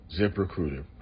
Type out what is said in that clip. ZipRecruiter